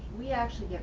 we actually